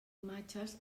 imatges